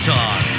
Talk